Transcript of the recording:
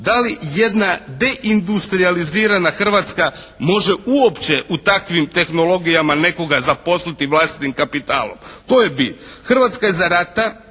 Da li jedna deindustrijalizirana Hrvatska može uopće u takvim tehnologijama nekoga zaposliti vlastitim kapitalom? To je bit. Hrvatska je za rata,